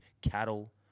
cattle